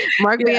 Mark